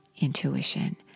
intuition